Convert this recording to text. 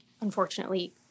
unfortunately